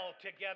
together